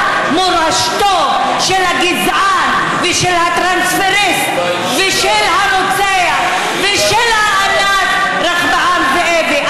מורשתו של הגזען ושל הטרנספריסט ושל הרוצח ושל האנס רחבעם זאבי.